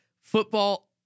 football